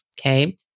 Okay